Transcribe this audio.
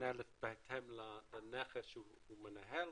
משתנה בהתאם לנכס שהוא מנהל,